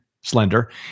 slender